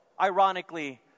ironically